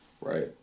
right